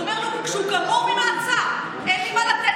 הוא אומר לו, כשהוא גמור ממעצר: אין לי מה לתת.